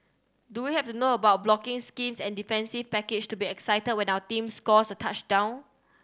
do we have to know about blocking schemes and defensive packages to be excited when our team scores a touchdown